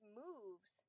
moves